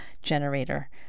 generator